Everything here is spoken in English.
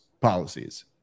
policies